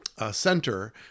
Center